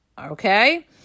okay